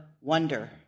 wonder